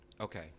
okay